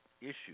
issues